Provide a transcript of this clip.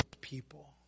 people